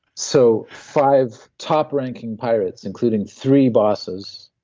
so five top ranking pirates including three bosses,